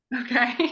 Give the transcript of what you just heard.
Okay